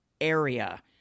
area